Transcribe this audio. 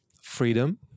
freedom